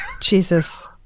Jesus